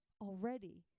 already